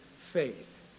faith